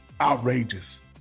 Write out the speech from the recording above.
outrageous